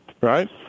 Right